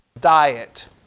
diet